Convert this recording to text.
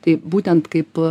tai būtent kaip